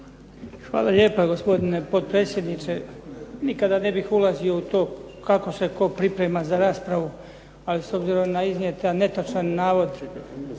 Hvala lijepa, gospodine potpredsjedniče. Nikada ne bih ulazio u to kako se tko priprema za raspravu, ali s obzirom na iznijeti netočan navod